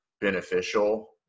beneficial